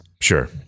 Sure